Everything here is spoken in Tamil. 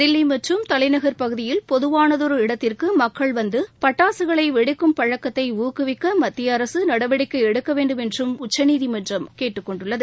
தில்லி மற்றும் தலைநகர் பகுதியில் பொதுவானதொரு இடத்திற்கு மக்கள் வந்து பட்டாசுகளை வெடிக்கும் பழக்கத்தை ஊக்குவிக்க மத்திய அரசு நடவடிக்கை எடுக்க வேண்டும் என்றும் உச்சநீதிமன்றம் கேட்டுக்கொண்டுள்ளது